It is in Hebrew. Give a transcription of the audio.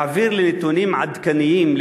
להעביר לי נתונים עדכניים.